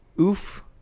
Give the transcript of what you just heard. Oof